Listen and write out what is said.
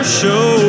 show